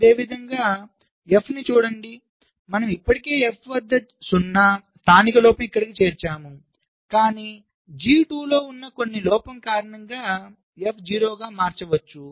అదేవిధంగా F ని చూడండి మనం ఇప్పటికే F వద్ద 0 స్థానిక లోపం ఇక్కడ చేర్చాము కాని G 2 లో ఉన్న కొన్ని లోపం కారణంగా F 0 గా మారవచ్చు